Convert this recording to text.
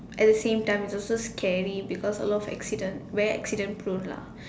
at the same time it's also scary because a lot of accident very accident prone lah